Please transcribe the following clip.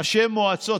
ראשי מועצות.